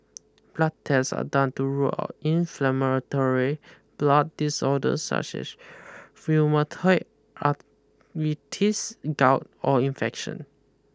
blood test are done to rule out inflammatory blood disorders such as rheumatoid arthritis gout or infection